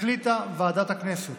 החליטה ועדת הכנסת